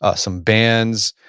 ah some bands,